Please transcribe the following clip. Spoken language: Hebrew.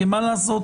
כי מה לעשות,